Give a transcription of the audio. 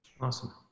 Awesome